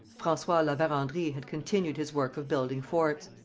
francois la verendrye had continued his work of building forts.